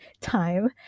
time